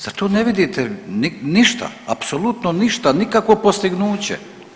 Zar tu ne vidite ništa, apsolutno ništa, nikakvo postignuće?